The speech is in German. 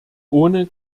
ohne